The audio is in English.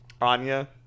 Anya